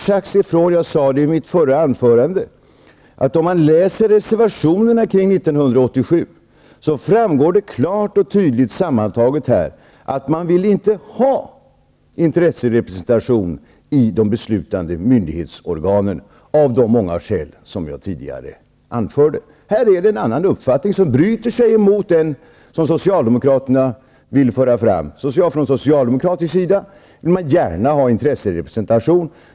Jag sade i mitt förra anförande att om man läser reservationerna från 1987 framgår det klart och tydligt att man inte vill ha intresserepresentation i de beslutande myndighetsorganen, av de skäl som jag tidigare anförde. Det här är en uppfattning som bryter sig om den som Socialdemokraterna vill föra fram. Socialdemokraterna vill gärna ha intresserepresentation.